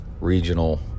regional